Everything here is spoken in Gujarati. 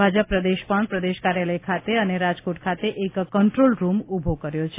ભાજપ પ્રદેશ પણ પ્રદેશ કાર્યાલય ખાતે અને રાજકોટ ખાતે એક કંટ્રોલરૂમ ઉભો કર્યો છે